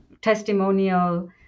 testimonial